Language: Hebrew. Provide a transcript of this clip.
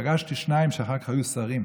פגשתי שניים שאחר כך היו שרים.